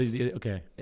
okay